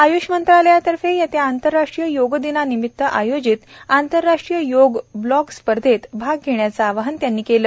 आयुष मंत्रालयातर्फे येत्या आंतरराष्ट्रीय योग दिनानिमित्त आयोजित आंतरराष्ट्रीय योग ब्लॉग स्पर्धेत भाग घेण्याचं आवाहन त्यांनी केलं